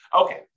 Okay